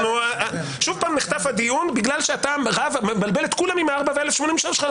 שוב נחטף הדיון בגלל שאתה מבלבל את כולם עם הארבעה וה-1,086 שלך.